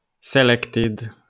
selected